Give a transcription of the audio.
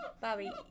Bobby